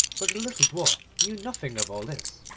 but the little dwarf knew nothing of all this.